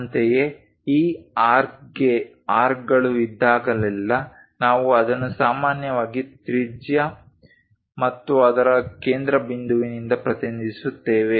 ಅಂತೆಯೇ ಈ ಆರ್ಕ್ಗೆ ಆರ್ಕ್ಗಳು ಇದ್ದಾಗಲೆಲ್ಲಾ ನಾವು ಅದನ್ನು ಸಾಮಾನ್ಯವಾಗಿ ತ್ರಿಜ್ಯ ಮತ್ತು ಅದರ ಕೇಂದ್ರಬಿಂದುವಿನಿಂದ ಪ್ರತಿನಿಧಿಸುತ್ತೇವೆ